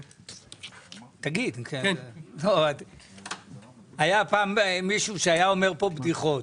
תגיד, היה פעם מישהו שהיה אומר פה בדיחות,